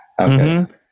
Okay